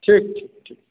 ठीक छै ठीक